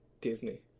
Disney